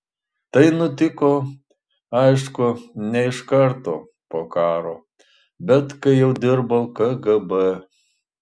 tai nutiko aišku ne iš karto po karo bet kai jau dirbau kgb